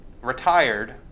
retired